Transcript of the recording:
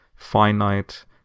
finite